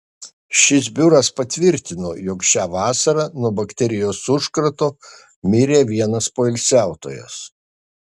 šis biuras patvirtino jog šią vasarą nuo bakterijos užkrato mirė vienas poilsiautojas